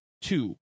two